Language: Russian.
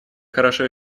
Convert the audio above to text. хорошо